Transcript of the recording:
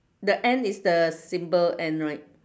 the and is the symbol and right